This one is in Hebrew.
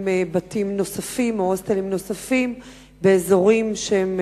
בתים נוספים או הוסטלים נוספים בצפון,